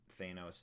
Thanos